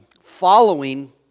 following